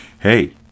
Hey